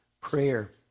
prayer